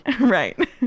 right